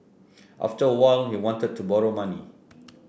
after a while he wanted to borrow money